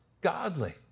godly